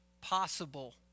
possible